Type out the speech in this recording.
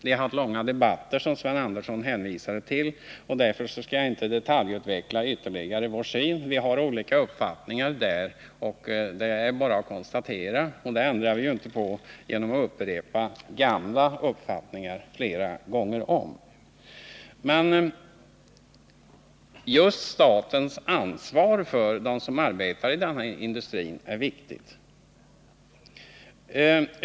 Vi har haft långa debatter, som Sven Andersson nu hänvisade till. Av den anledningen skall jag inte i detalj utveckla vår syn. Det är bara att konstatera att vi har olika uppfattningar, och vi ändrar ju inte på någonting genom upprepningar. Men statens ansvar för dem som arbetar inom denna industri är viktig.